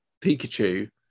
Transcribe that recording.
Pikachu